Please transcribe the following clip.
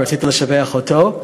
רציתי לשבח אותו.